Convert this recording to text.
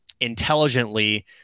Intelligently